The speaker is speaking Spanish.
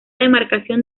demarcación